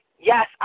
yes